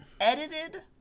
edited